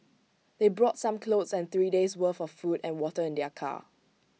they brought some clothes and three days' worth of food and water in their car